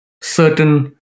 certain